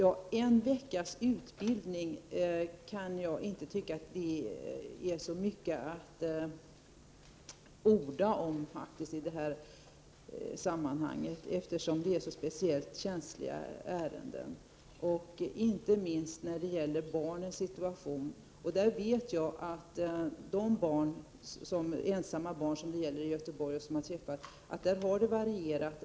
Men jag kan inte tycka att en veckas utbildning är så mycket att orda om i det här sammanhanget, eftersom det handlar om speciellt känsliga ärenden, inte minst när det gäller barnen. Beträffande de ensamma barnen i Göteborg, som jag träffat, vet jag att kvaliteten på utredningarna har varierat.